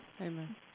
Amen